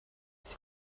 ich